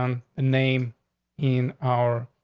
um name in our,